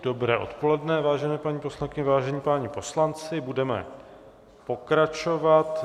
Dobré odpoledne, vážené paní poslankyně, vážení páni poslanci, budeme pokračovat.